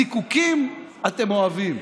זיקוקים אתם אוהבים.